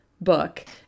book